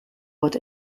but